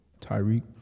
Tyreek